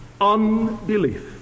Unbelief